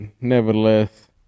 nevertheless